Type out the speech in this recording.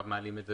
אני מעלה את זה